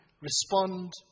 respond